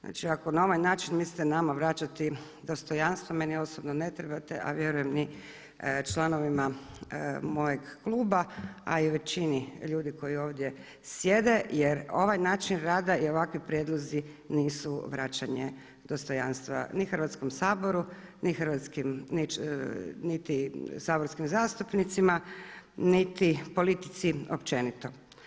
Znači ako na ovaj način mislite nama vraćati dostojanstvo meni osobno ne trebate a vjerujem ni članovima mojeg kluba a i većini ljudi koji ovdje sjede jer ovaj način rada i ovakvi prijedlozi nisu vraćanje dostojanstva ni Hrvatskom saboru niti saborskim zastupnicima niti politici općenito.